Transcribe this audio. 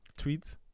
tweets